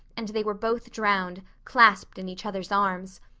and they were both drowned, clasped in each other's arms.